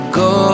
go